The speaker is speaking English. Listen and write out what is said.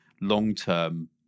long-term